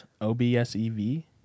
O-B-S-E-V